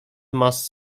must